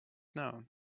known